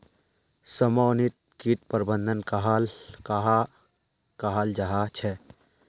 समन्वित किट प्रबंधन कहाक कहाल जाहा झे?